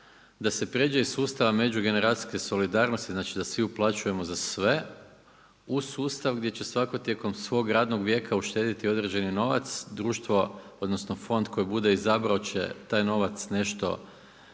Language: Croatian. da se pređe iz sustava međugeneracijske solidarnosti, znači da svi uplaćujemo za sve u sustav gdje će svatko tijekom svog radnog vijeka uštedjeti određeni novac, društvo, odnosno fond koji bude izabrao će taj novac nešto